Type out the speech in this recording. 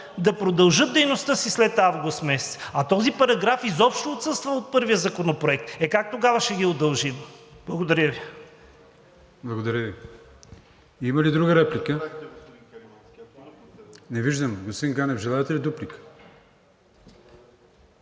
да продължат дейността си след август месец. А този параграф изобщо отсъства от първия законопроект. Е, как тогава ще ги удължим?! Благодаря Ви. ПРЕДСЕДАТЕЛ АТАНАС АТАНАСОВ: Благодаря Ви. Има ли друга реплика? Не виждам. Господин Ганев, желаете ли дуплика.